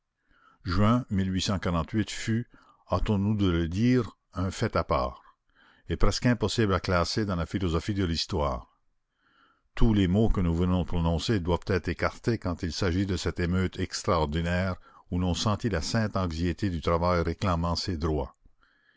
juin fut hâtons-nous de le dire un fait à part et presque impossible à classer dans la philosophie de l'histoire tous les mots que nous venons de prononcer doivent être écartés quand il s'agit de cette émeute extraordinaire où l'on sentit la sainte anxiété du travail réclamant ses droits